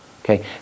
okay